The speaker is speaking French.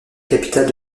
capitale